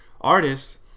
artists